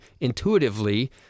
intuitively